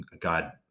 God